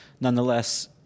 Nonetheless